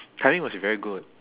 timing must be very good